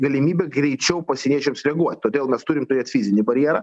galimybė greičiau pasieniečiams reaguot todėl mes turim turėt fizinį barjerą